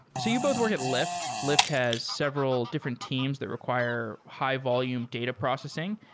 so you both work at lyft. lyft has several different teams that require high-volume data processing,